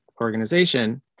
organization